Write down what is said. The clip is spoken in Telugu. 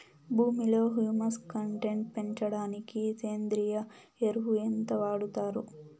భూమిలో హ్యూమస్ కంటెంట్ పెంచడానికి సేంద్రియ ఎరువు ఎంత వాడుతారు